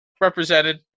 represented